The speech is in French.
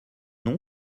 nom